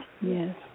yes